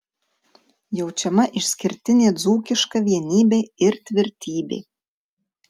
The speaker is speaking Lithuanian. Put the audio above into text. jaučiama išskirtinė dzūkiška vienybė ir tvirtybė